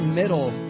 middle